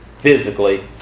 physically